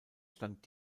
stand